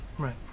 Right